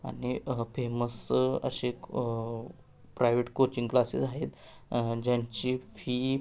आणि फेमस असे private coaching classes आहेत ज्यांची फी